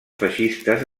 feixistes